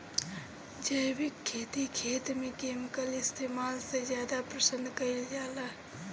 जैविक खेती खेत में केमिकल इस्तेमाल से ज्यादा पसंद कईल जाला